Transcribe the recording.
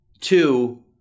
Two